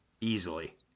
Easily